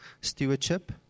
stewardship